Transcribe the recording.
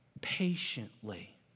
patiently